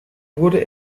wurde